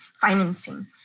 financing